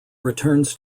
returns